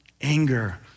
anger